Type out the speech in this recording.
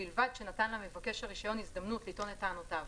ובלבד שנתן למבקש הרישיון הזדמנות לטעון את טענותיו,